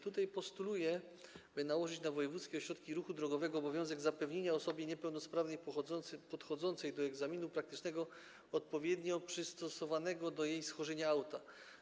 Tutaj postuluję, by nałożyć na wojewódzkie ośrodki ruchu drogowego obowiązek zapewnienia osobie niepełnosprawnej podchodzącej do egzaminu praktycznego odpowiednio przystosowanego do jej schorzenia auta.